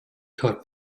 taught